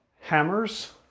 hammers